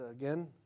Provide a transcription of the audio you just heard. again